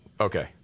okay